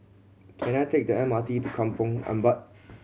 can I take the M R T to Kampong Ampat